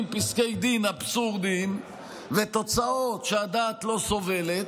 פסקי דין אבסורדיים ותוצאות שהדעת לא סובלת,